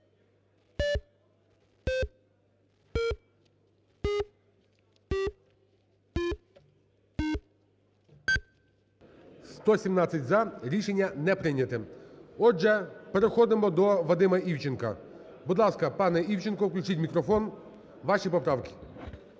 За-117 Рішення не прийняте. Отже, переходимо до Вадима Івченка. Будь ласка, пане Івченко, включіть мікрофон, ваші поправки.